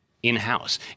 in-house